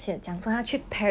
yes ya